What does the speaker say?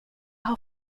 har